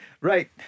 right